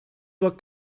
were